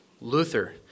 Luther